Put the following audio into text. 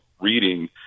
reading